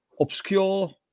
obscure